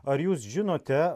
ar jūs žinote